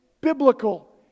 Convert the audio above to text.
biblical